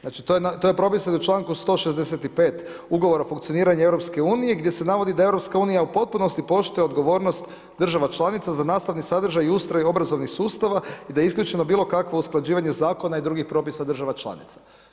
Znači to je propisano u čl. 168. ugovora o funkcioniranju EU, gdje se navodi da je EU u potpunosti poštuje odgovornost države članice za nastavni sadržaj i ustroj obrazovnih sustava i da je isključeno bilo kakvo usklađivanje zakona i drugih propisa država članica.